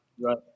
right